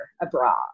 abroad